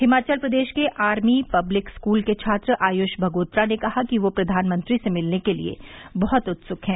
हिमाचल प्रदेश के army public school के छात्र आयुष भगोत्रा ने कहा कि वह प्रधानमंत्री से मिलने के लिए बहुत उत्सुक है